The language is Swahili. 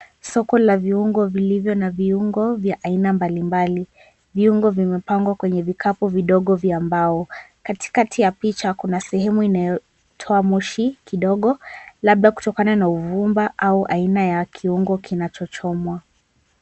Soko la viungo vilivyo na viungo vya aina mbalimbali. Viungo vimepangwa kwenye vikapu vidogo vya mbao. Katikati ya picha kuna sehemu inayotoa moshi kidogo, labda kutokana na uvumba au aina ya kiungo kinachochomwa.